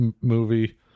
movie